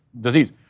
disease